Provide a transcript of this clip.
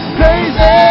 crazy